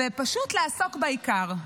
ופשוט לעסוק בעיקר.